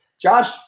Josh